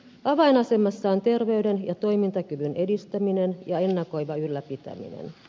avainasemassa on terveyden ja toimintakyvyn edistäminen ja ennakoiva ylläpitäminen